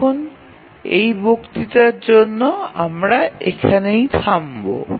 এখন এই বক্তৃতার জন্য আমরা এখানে থামব